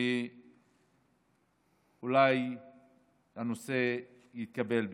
ואולי הנושא יתקבל בחיוב.